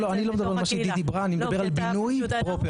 אני לא מדבר על מניעה, אני מדבר על בינוי פרופר.